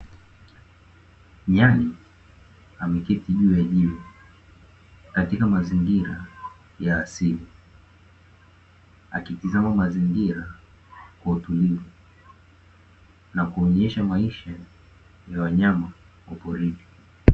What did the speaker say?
Nyani ameketi juu ya jiwe katika mazingira ya asili, akitizama mazingira kwa utulivu na kuonyesha maisha ya wanyama wa porini.